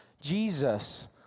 Jesus